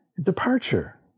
departure